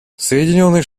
соединенные